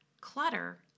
Clutter